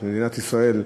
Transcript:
את מדינת ישראל,